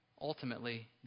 ultimately